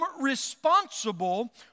responsible